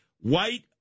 White